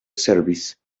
service